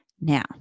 Now